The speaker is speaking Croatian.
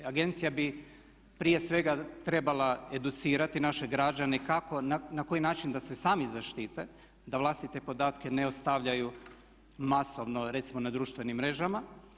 Agencija bi prije svega trebala educirati naše građane kako i na koji način da se sami zaštite da vlastite podatke ne ostavljaju masovno recimo na društvenim mrežama.